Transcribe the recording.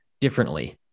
differently